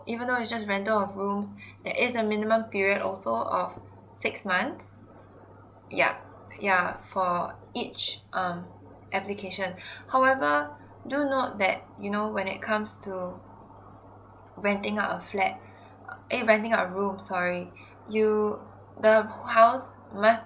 even though it's just rental of rooms there is a minimum period also of six months yeah yeah for each um application however do note that you know when it comes to renting out a flat eh renting a room sorry you the whole house must